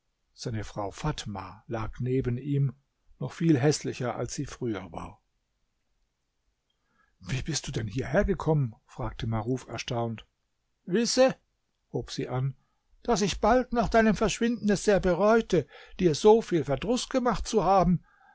seine frau fatma lag neben ihm noch viel häßlicher als sie früher war wie bist du hierhergekommen fragte maruf erstaunt wisse hob sie an daß ich bald nach deinem verschwinden es sehr bereute dir so viel verdruß gemacht zu haben